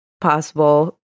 possible